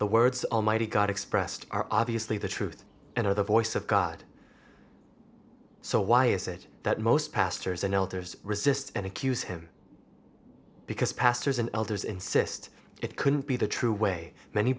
the words almighty god expressed are obviously the truth and are the voice of god so why is it that most pastors and elders resists and accuse him because pastors and elders insist it couldn't be the true way many